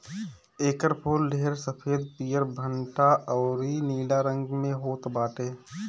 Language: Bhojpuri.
एकर फूल ढेर सफ़ेद, पियर, भंटा अउरी नीला रंग में होत बाटे